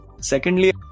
secondly